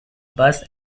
bus